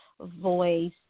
voice